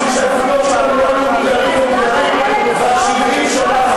בשביל שהגבולות שלנו לא יהיו מוכרים ומוגדרים כבר 70 שנה,